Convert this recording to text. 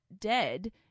dead